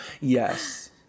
yes